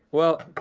well,